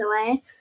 away